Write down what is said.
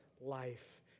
life